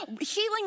healing